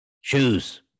shoes